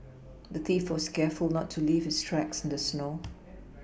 the thief was careful not to leave his tracks in the snow